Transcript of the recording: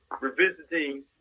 revisiting